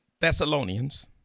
Thessalonians